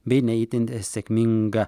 bei ne itin sėkminga